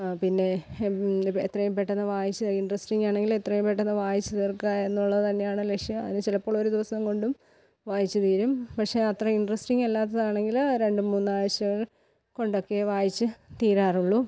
പിന്നെ എത്രയും പെട്ടെന്ന് വായിച്ച ഇൻട്രസ്റ്റിങ് ആണെങ്കിൽ എത്രയും പെട്ടെന്ന് വായിച്ചു തീർക്കാം എന്നുള്ളത് തന്നെയാണ് ലക്ഷ്യം അതിന് ചിലപ്പോൾ ഒരു ദിവസം കൊണ്ടും വായിച്ചു തീരും പക്ഷേ അത്ര ഇൻട്രെസ്റ്റിംഗ് അല്ലാത്തത് ആണെങ്കിൽ രണ്ട് മൂന്ന് ആഴ്ച കൊണ്ടൊക്കെയേ വായിച്ച് തീരാറുള്ളൂ